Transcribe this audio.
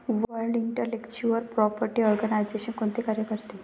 World intellectual property organisation कोणते कार्य करते?